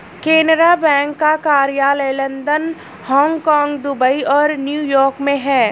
Canara bank का कार्यालय London Hong Kong Dubai और न्यू यॉर्क में है